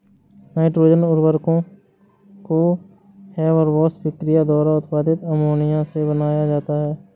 nitrogen उर्वरकों को Haber Bosch प्रक्रिया द्वारा उत्पादित अमोनिया से बनाया जाता है